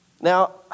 Now